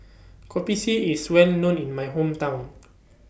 Kopi C IS Well known in My Hometown